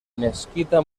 mesquita